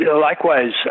Likewise